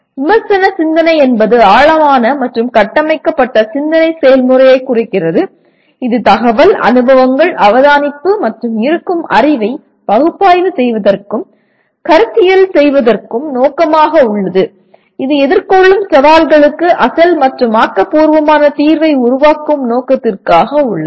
விமர்சன சிந்தனை என்பது ஆழமான மற்றும் கட்டமைக்கப்பட்ட சிந்தனை செயல்முறையை குறிக்கிறது இது தகவல் அனுபவங்கள் அவதானிப்பு மற்றும் இருக்கும் அறிவை பகுப்பாய்வு செய்வதற்கும் கருத்தியல் செய்வதற்கும் நோக்கமாக உள்ளது இது எதிர்கொள்ளும் சவால்களுக்கு அசல் மற்றும் ஆக்கபூர்வமான தீர்வை உருவாக்கும் நோக்கத்திற்காக உள்ளது